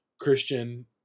Christian